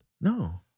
No